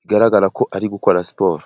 bigaragara ko ari gukora siporo.